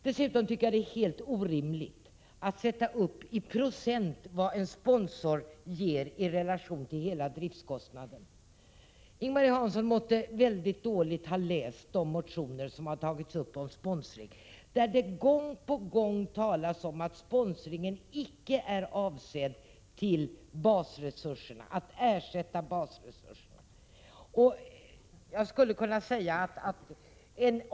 Dessutom är det helt orimligt att ställa upp vad en sponsor ger i procent av hela driftkostnaden. Ing-Marie Hansson måste mycket dåligt ha läst de motioner om sponsring som har tagits upp, där det gång på gång talas om att sponsring icke är avsedd till att ersätta basresurserna.